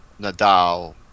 Nadal